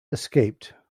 escaped